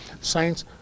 Saints